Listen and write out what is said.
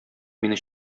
мине